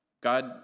God